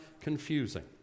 confusing